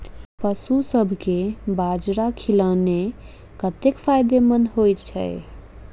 पशुसभ केँ बाजरा खिलानै कतेक फायदेमंद होइ छै?